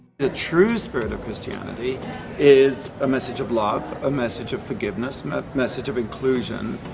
the true spirit of christianity is a message of love, a message of forgiveness, a message of inclusion.